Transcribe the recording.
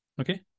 Okay